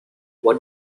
what